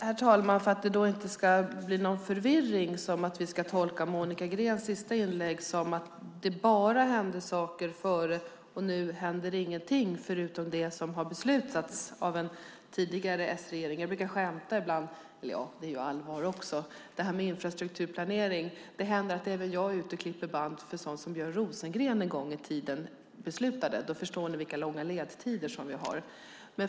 Herr talman! Det får inte bli någon förvirring och vi ska inte tolka Monica Greens sista inlägg som att det bara hände saker förut och att det nu inte händer någonting förutom det som har beslutats av en tidigare S-regering. Jag brukar säga om infrastrukturplanering att det händer att jag är ute och klipper band för sådant som Björn Rosengren en gång i tiden beslutade; då förstår ni hur långa ledtider vi har.